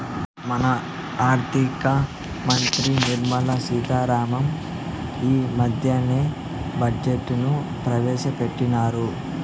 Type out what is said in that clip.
మన ఆర్థిక మంత్రి నిర్మలా సీతా రామన్ ఈ మద్దెనే బడ్జెట్ ను ప్రవేశపెట్టిన్నారు